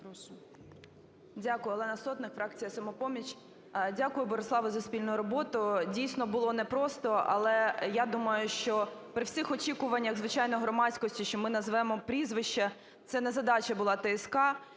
Дякую. Олена Сотник, фракція "Самопоміч". Дякую, Бориславе, за спільну роботу. Дійсно було непросто, але я думаю, що при всіх очікуваннях, звичайно, громадськості, що ми назвемо прізвища – це не задача була ТСК.